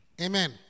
Amen